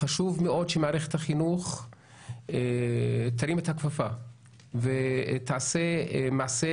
חשוב מאוד שמערכת החינוך תרים את הכפפה ותעשה מעשה